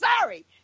sorry